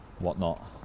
whatnot